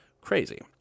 Crazy